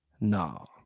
No